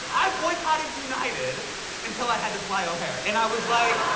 i boycotted united until i had to fly o'hare, and i was like.